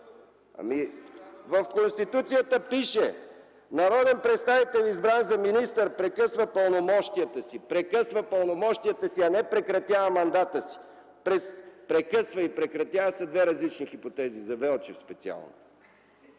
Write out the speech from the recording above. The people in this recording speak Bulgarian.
В Конституцията пише: „Народен представител, избран за министър, прекъсва пълномощията си...” – прекъсва пълномощията си, а не прекратява мандата си. „Прекъсва” и „прекратява” са две различни хипотези. За времето,